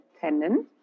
tendon